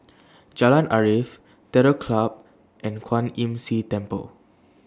Jalan Arif Terror Club and Kwan Imm See Temple